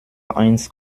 eins